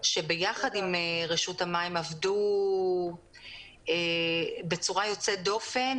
שביחד עם רשות המים עבדו בצורה יוצאת דופן.